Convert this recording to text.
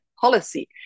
policy